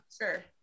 sure